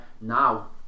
Now